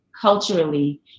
culturally